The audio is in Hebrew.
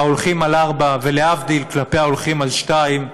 ההולכים על ארבע, ולהבדיל כלפי ההולכים על שתיים,